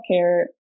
care